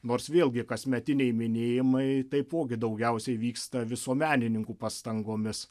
nors vėlgi kasmetiniai minėjimai taipogi daugiausiai vyksta visuomenininkų pastangomis